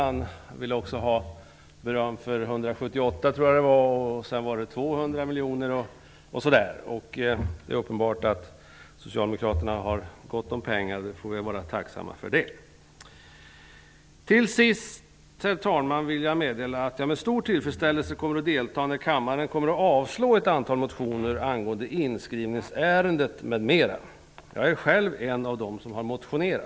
Han ville också ha beröm för först 178 miljoner och sedan 200 miljoner. Det är uppenbart att socialdemokraterna har gott om pengar, och det får vi väl vara tacksamma för! Till sist, herr talman, vill jag meddela att jag med stor tillfredsställelse kommer att delta när kammaren avslår ett antal motioner angående inskrivningsväsendet m.m. Jag är själv en av dem som har motionerat.